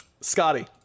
Scotty